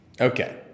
Okay